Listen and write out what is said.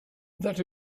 that